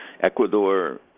Ecuador